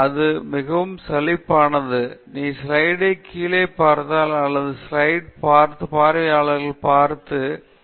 பின்னர் அது மிகவும் சலிப்பானது நீ ஸ்லைடுல் கீழே பார்த்தால் அல்லது ஸ்லைடு பார்த்து பார்வையாளர்களை பார்த்து மற்றும் வாசிப்பு வைத்து